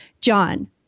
John